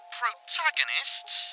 protagonists